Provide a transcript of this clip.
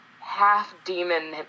half-demon